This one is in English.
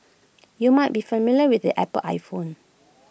you might be familiar with the Apple iPhone